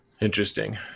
Interesting